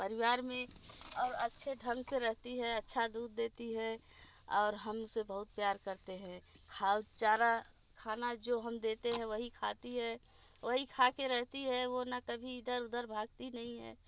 परिवार में और अच्छे ढंग से रहती है अच्छा दूध देती है और हम उसे बहुत प्यार करते हैं खाद चारा खाना जो हम देते हैं वही खाती है वही खा कर रहती है वो ना कभी इधर उधर भागती नहीं है